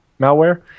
malware